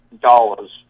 dollars